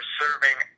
serving